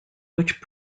which